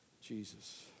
Jesus